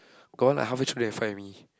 got one like halfway through then find me